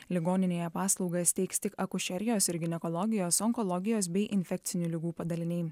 ligoninėje paslaugas teiks tik akušerijos ir ginekologijos onkologijos bei infekcinių ligų padaliniai